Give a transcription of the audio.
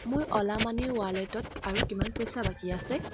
মোৰ অ'লা মানিৰ ৱালেটত আৰু কিমান পইচা বাকী আছে